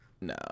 No